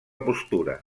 postura